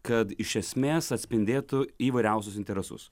kad iš esmės atspindėtų įvairiausius interesus